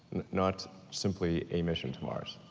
not simply a mission to mars,